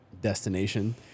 destination